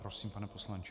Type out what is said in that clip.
Prosím, pane poslanče.